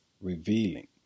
revealing